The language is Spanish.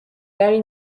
gary